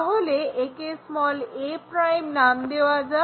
তাহলে একে a' নাম দেওয়া যাক